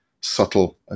subtle